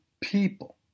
people